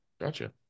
Gotcha